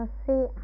see